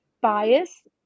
bias